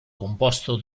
composto